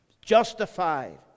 Justified